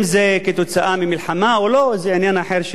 אם זה בגלל מלחמה או לא זה עניין אחר,